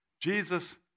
Jesus